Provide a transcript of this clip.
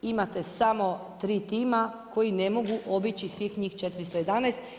Imate samo tri tima koji ne mogu obići svih njih 411.